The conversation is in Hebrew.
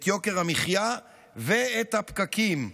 את יוקר המחיה ואת הפקקים.